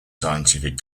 scientific